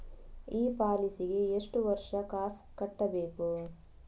ಈ ಪಾಲಿಸಿಗೆ ಎಷ್ಟು ವರ್ಷ ಕಾಸ್ ಕಟ್ಟಬೇಕು?